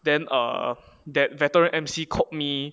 then err that veteran emcee called me